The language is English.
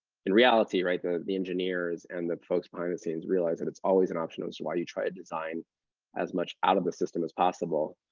in reality, the the engineers and the folks behind the scenes realize that it's always an option, which is why you try to design as much out of the system as possible.